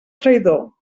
traïdor